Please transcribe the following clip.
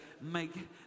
make